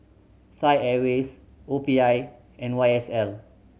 Thai Airways O P I and Y S L